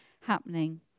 happening